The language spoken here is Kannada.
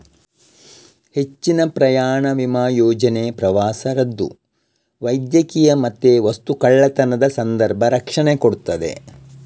ಹೆಚ್ಚಿನ ಪ್ರಯಾಣ ವಿಮಾ ಯೋಜನೆ ಪ್ರವಾಸ ರದ್ದು, ವೈದ್ಯಕೀಯ ಮತ್ತೆ ವಸ್ತು ಕಳ್ಳತನದ ಸಂದರ್ಭ ರಕ್ಷಣೆ ಕೊಡ್ತದೆ